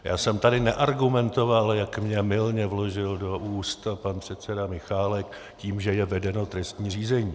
Já jsem tady neargumentoval, jak mně mylně vložil do úst pan předseda Michálek, tím, že je vedeno trestní řízení.